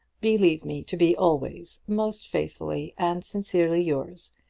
believe me to be always, most faithfully and sincerely yours,